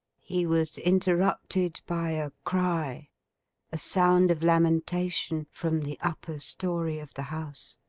he was interrupted by a cry a sound of lamentation from the upper story of the house.